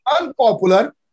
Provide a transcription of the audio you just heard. unpopular